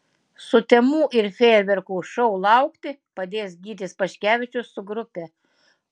sutemų ir fejerverkų šou laukti padės gytis paškevičius su grupe